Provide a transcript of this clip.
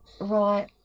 right